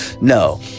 No